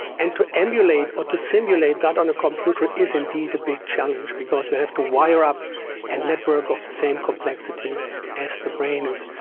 and to emulate or to simulate that on a computer is indeed a big challenge because we have to wire up a and network of the same complexity as the brain is.